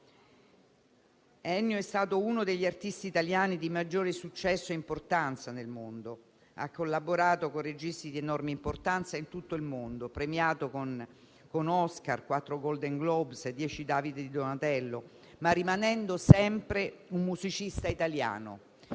Ennio è stato uno degli artisti italiani di maggiore successo e importanza nel mondo. Ha collaborato con registi di enorme importanza in tutto il mondo, è stato premiato con Oscar, con quattro Golden Globe e con 10 David di Donatello, ma è rimasto sempre un musicista italiano,